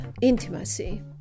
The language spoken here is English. intimacy